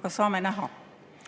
aga saame näha. Ma